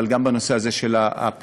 אבל גם בנושא הזה של הפריון.